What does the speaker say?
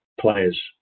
Players